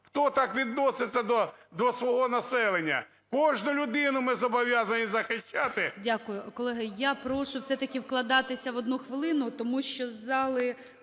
Хто так відноситься до свого населення? Кожну людину ми зобов'язані захищати. ГОЛОВУЮЧИЙ. Дякую. Колеги, я прошу все-таки вкладатися в одну хвилину, тому що із зали